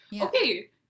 Okay